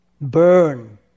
burn